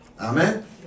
Amen